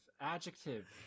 adjective